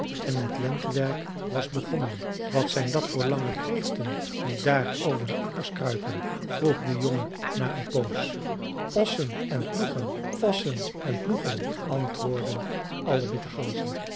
en het lentewerk was begonnen wat zijn dat voor lange kreeften die daar over de akkers kruipen vroeg de jongen na een poos ossen en ploegen ossen en ploegen antwoordden alle wilde ganzen